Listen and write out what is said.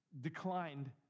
declined